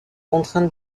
contrainte